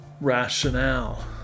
Rationale